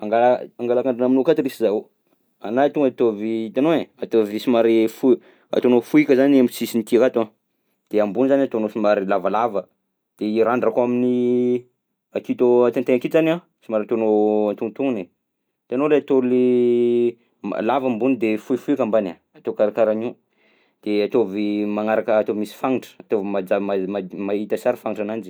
Angala angala randrana aminao akato lesy zaho io. Anahy tonga de ataovy hitanao ein, ataovy somary fohy ataonao fohika zany am'sisiny ty akato de ambony zany ataonao somary lavalava de i randrako amin'ny aketo antaintay aketo zany a somary ataonao antonontonony, hitanao le atao le m- lava ambony de fohifohika ambany a? Atao karakarahan'io, de ataovy magnaraka ataovy misy fagnotra, ataovy maja- ma- ma- mahita sara fagnotrananzy.